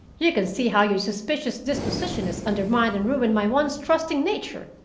you can see how your suspicious disposition has undermined and ruined my once trusting nature,